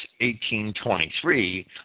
18.23